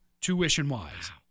tuition-wise